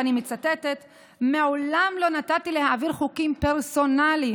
ואני מצטטת: "מעולם לא נתתי להעביר חוקים פרסונליים.